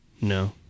No